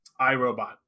iRobot